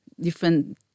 different